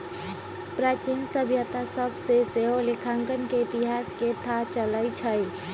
प्राचीन सभ्यता सभ से सेहो लेखांकन के इतिहास के थाह चलइ छइ